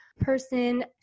person